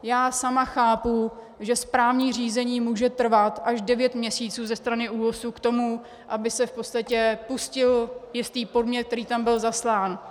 Já sama chápu, že správní řízení může trvat až devět měsíců ze strany ÚOHS k tomu, aby se v podstatě pustil jiný podnět, který tam byl zaslán.